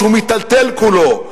שהוא מיטלטל כולו,